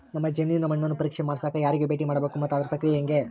ನಮ್ಮ ಜಮೇನಿನ ಮಣ್ಣನ್ನು ಪರೇಕ್ಷೆ ಮಾಡ್ಸಕ ಯಾರಿಗೆ ಭೇಟಿ ಮಾಡಬೇಕು ಮತ್ತು ಅದರ ಪ್ರಕ್ರಿಯೆ ಹೆಂಗೆ?